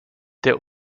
der